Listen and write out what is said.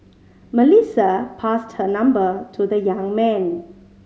Melissa passed her number to the young man